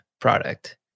product